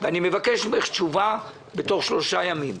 אני מבקש ממך תשובה תוך שלושה ימים.